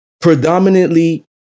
predominantly